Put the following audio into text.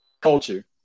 culture